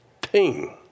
ping